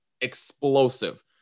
explosive